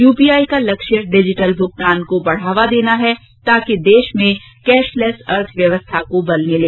you P I का लक्ष्य digital भुगतान को बढ़ावा देने का है ताकि देश में कैशलेस अर्थव्यवस्था को बल मिले